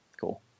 cool